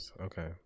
Okay